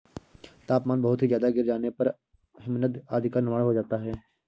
तापमान बहुत ही ज्यादा गिर जाने पर हिमनद आदि का निर्माण हो जाता है